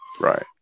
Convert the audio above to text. right